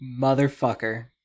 motherfucker